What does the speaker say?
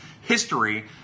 history